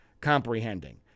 comprehending